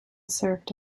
served